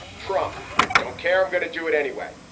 trump don't care. i'm gonna do it anyway.